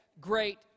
great